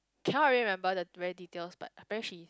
cannot really remember the very details but apparently she